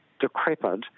decrepit